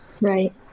Right